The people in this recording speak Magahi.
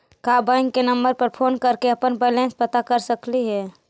का बैंक के नंबर पर फोन कर के अपन बैलेंस पता कर सकली हे?